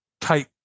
type